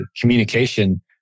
communication